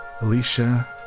Alicia